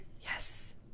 Yes